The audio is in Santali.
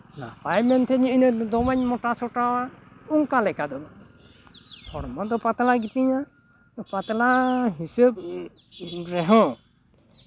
ᱱᱟᱯᱟᱭ ᱢᱮᱱᱛᱮ ᱤᱧ ᱫᱚ ᱫᱚᱢᱮᱧ ᱢᱳᱴᱟ ᱥᱚᱴᱟᱣᱟ ᱚᱱᱠᱟ ᱞᱮᱠᱟ ᱫᱚ ᱵᱟᱝ ᱦᱚᱲᱢᱚ ᱫᱚ ᱯᱟᱛᱞᱟ ᱜᱮᱛᱤᱧᱟᱹ ᱯᱟᱛᱞᱟ ᱦᱤᱥᱟᱹᱵ ᱨᱮᱦᱚᱸ